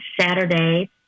saturday